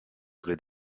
gré